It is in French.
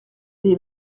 des